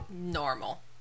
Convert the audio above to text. normal